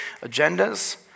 agendas